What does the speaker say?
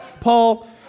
Paul